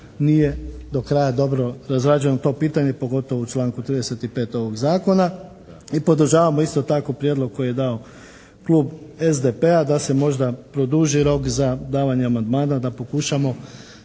nije do kraja dobro razrađeno to pitanje pogotovo u članku 35. ovog Zakona. I podržavamo isto tako prijedlog koji je dao klub SDP-a da se možda produži rok za davanje amandmana, da pokušamo